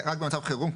רק במצב חירום,